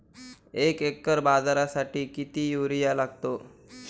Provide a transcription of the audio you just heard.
एक एकर बाजरीसाठी किती युरिया लागतो?